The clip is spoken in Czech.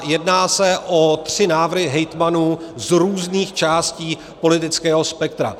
Jedná se o tři návrhy hejtmanů z různých částí politického spektra.